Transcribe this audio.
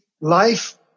life